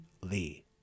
Lee